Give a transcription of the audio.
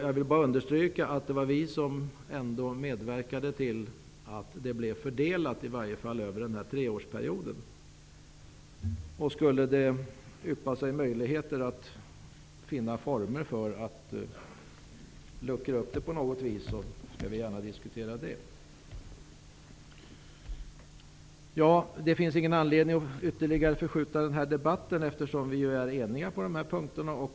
Jag vill bara understryka att det ändå var vi som medverkade till att besparingen i varje fall blev fördelad över en treårsperiod. Om det skulle yppa sig möjligheter att finna former för en uppluckring vill vi gärna diskutera det. Det finns ingen anledning att ytterligare förlänga den här debatten, eftersom vi är eniga på dessa punkter.